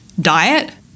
diet